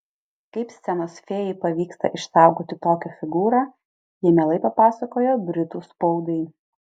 kaip scenos fėjai pavyksta išsaugoti tokią figūrą ji mielai papasakojo britų spaudai